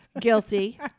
guilty